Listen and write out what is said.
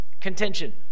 contention